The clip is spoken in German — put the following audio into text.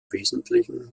wesentlichen